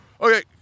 Okay